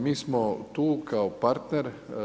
Mi smo tu kao partner.